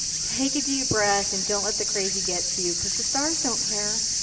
take a deep breath and don't let the crazy get to you, cause the stars don't care.